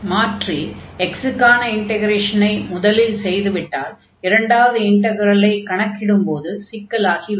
மாற்றி x க்கான இன்டக்ரேஷனை முதலில் செய்து விட்டால் இரண்டாவது இன்டக்ரலைக் கணக்கிடும்போது சிக்கலாகி விடும்